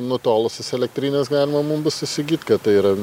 nutolusias elektrines galima mum bus įsigyt kad tai yra